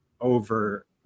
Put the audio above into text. over